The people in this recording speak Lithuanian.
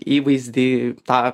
įvaizdį tą